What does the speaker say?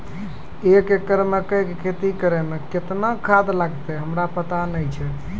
एक एकरऽ मकई के खेती करै मे केतना खाद लागतै हमरा पता नैय छै?